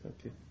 okay